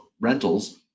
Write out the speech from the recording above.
rentals